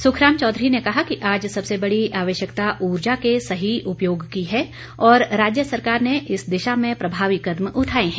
सुखराम चौधरी ने कहा कि आज सबसे बड़ी आवश्यकता ऊर्जा के सही उपयोग की है और राज्य सरकार ने इस दिशा में प्रभावी कदम उठाए हैं